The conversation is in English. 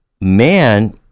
man